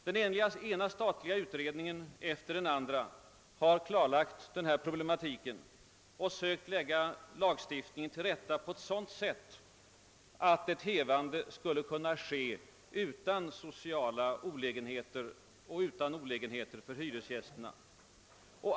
Den ena statliga utredningen efter den andra har klarlagt problematiken och försökt lägga lagstiftningen till rätta på ett sådant sätt att ett hävande av regleringen skulle kunna ske utan sociala olägenheter för hyresgästerna.